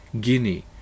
Guinea